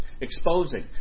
exposing